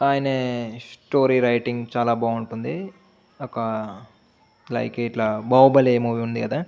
ఆయన story writing చాలా బాగుంటుంది ఒక లైక్ ఇట్లా బాహుబలి మూవీ ఉంది కదా